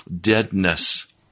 deadness